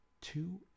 two